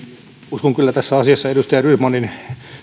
uskon kyllä tässä asiassa edustaja rydmanin